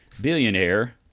Billionaire